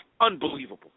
Unbelievable